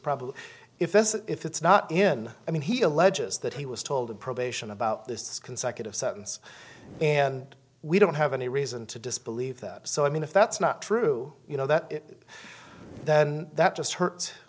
probably if if it's not in i mean he alleges that he was told a probation about this consecutive sentence and we don't have any reason to disbelieve that so i mean if that's not true you know that then that just hurts